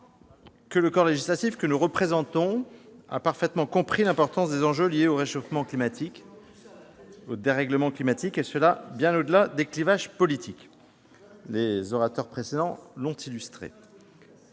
que le corps législatif que nous constituons a parfaitement compris l'importance des enjeux liés au réchauffement et au dérèglement climatiques, et ce bien au-delà des clivages politiques- les orateurs précédents l'ont illustré.